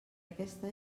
aquesta